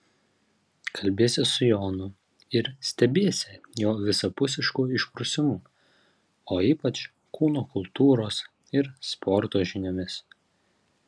kalbiesi su jonu ir stebiesi jo visapusišku išprusimu o ypač kūno kultūros ir sporto žiniomis